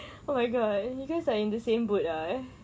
oh my god you guys are in the same boat ah eh